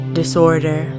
disorder